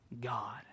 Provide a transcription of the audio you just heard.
God